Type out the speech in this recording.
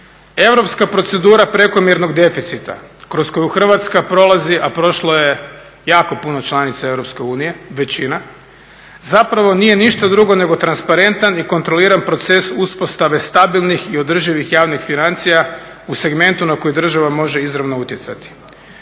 Europska procedura prekomjernog deficita kroz koju Hrvatska prolazi a prošlo je jako puno članica Europske unije, većina zapravo nije ništa drugo nego transparentan i kontroliran proces uspostave stabilnih i održivih javnih financija u segmentu na koji država može izravno utjecati.